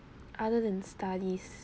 other than studies